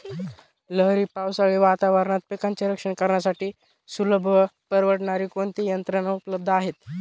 लहरी पावसाळी वातावरणात पिकांचे रक्षण करण्यासाठी सुलभ व परवडणारी कोणती यंत्रणा उपलब्ध आहे?